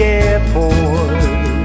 airport